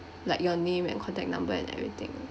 like your name and contact number and everything